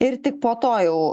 ir tik po to jau